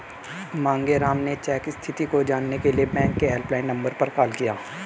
मांगेराम ने चेक स्थिति को जानने के लिए बैंक के हेल्पलाइन नंबर पर कॉल किया